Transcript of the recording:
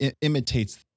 imitates